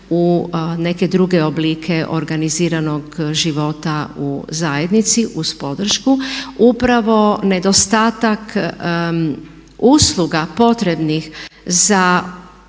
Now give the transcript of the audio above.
u neke druge oblike organiziranog života u zajednici uz podršku. Upravo nedostatak usluga potrebnih za